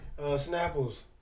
Snapples